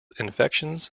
infections